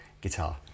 guitar